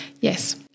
yes